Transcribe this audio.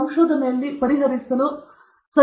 ಸಂಶೋಧನೆಯಲ್ಲಿ ಪರಿಹರಿಸಲು ಸರಿಯಾದ ಸಮಸ್ಯೆಯನ್ನು ಪಡೆಯುವುದು